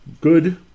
Good